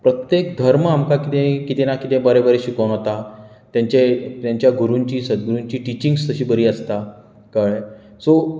प्रत्येक धर्म आमकां कितेंय कितें ना कितें बरें बरें शिकोवन वता तेंचें तेंच्या गुरूंची सद्गुरूंची टिचींग्स तशी बरी आसता कळ्ळें सो